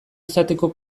izateko